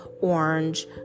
orange